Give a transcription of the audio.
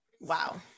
Wow